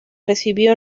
recibió